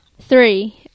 Three